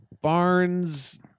Barnes